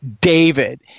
David